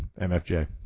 MFJ